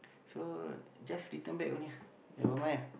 so just return back only ah never mind ah